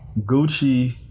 Gucci